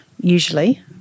usually